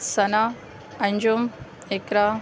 ثنا Anjum اقرا